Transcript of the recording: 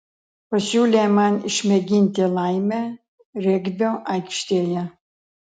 pasiūlė man išmėginti laimę regbio aikštėje